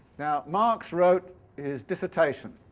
now, marx wrote his dissertation